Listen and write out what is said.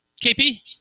KP